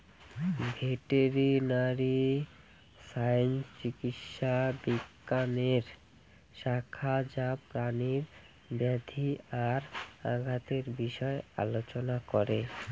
veterinary science চিকিৎসা বিজ্ঞানের শাখা যা প্রাণীর ব্যাধি আর আঘাতের বিষয় আলোচনা করে